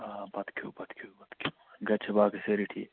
آ بتہٕ کھیٚوو بتہٕ کھیٚوو بتہٕ کھیٚوو گرِ چھا باقٕے سٲری ٹھیٖک